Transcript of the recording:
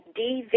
DV